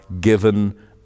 given